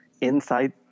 inside